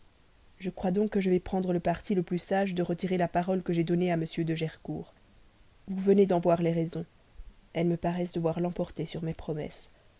je crois donc que je vais prendre le parti le plus sage de retirer la parole que j'ai donnée à m de gercourt vous venez d'en voir les raisons elles me paraissent devoir l'emporter sur ma promesse